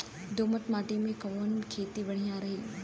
दोमट माटी में कवन खेती बढ़िया रही?